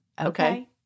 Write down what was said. Okay